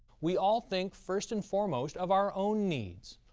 we all think first and foremost of our own needs.